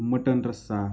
mutton रस्सा